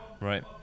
Right